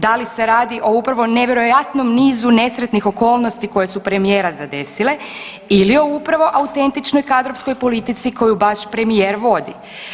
Da li se radi o upravo nevjerojatnom nizu nesretnih okolnosti koju su premijera zadesile ili upravo o autentičnoj i kadrovskoj politici koju baš premijer vodi?